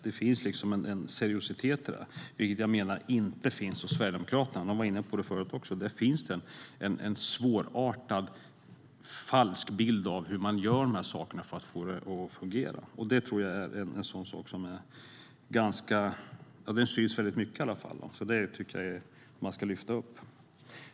Det finns en seriositet, vilket jag menar inte finns hos Sverigedemokraterna. Som man var inne på förut finns en svårartat falsk bild av hur saker görs för att få det att fungera. Det är en sak som syns mycket, och det tycker jag ska lyftas fram.